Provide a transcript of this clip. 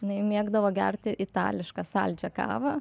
jinai mėgdavo gerti itališką saldžią kavą